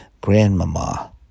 grandmama